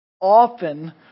often